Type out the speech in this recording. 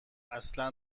اصلا